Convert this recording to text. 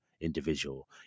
individual